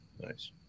Nice